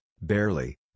barely